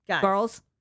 Girls